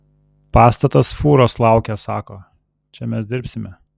pastatas fūros laukia sako čia mes dirbsime